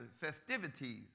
festivities